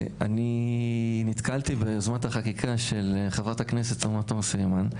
אני נתקלתי ביוזמת החקיקה של חברת הכנסת עאידה תומא סלימאן.